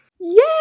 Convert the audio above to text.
Yay